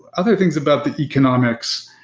other things about the economics.